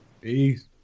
Peace